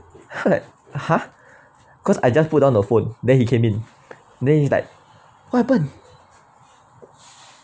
then I was like !huh! cause I just put down the phone then he came in then he's like what happen